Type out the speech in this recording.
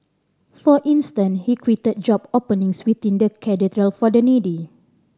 for instant he created job openings within the Cathedral for the needy